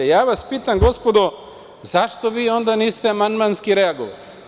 Pitam vas, gospodo, zašto vi onda niste amandmanski reagovali?